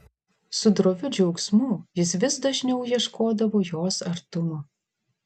su droviu džiaugsmu jis vis dažniau ieškodavo jos artumo